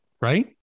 right